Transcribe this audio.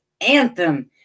anthem